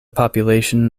population